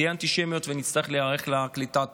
תהיה אנטישמיות ונצטרך להיערך לקליטת